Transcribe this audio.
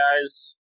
guys